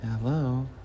Hello